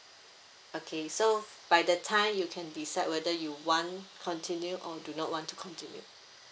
okay so by the time you can decide whether you want continue or do not want to continue